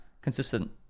consistent